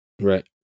Right